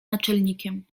naczelnikiem